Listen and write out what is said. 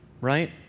Right